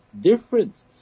Different